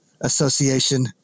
association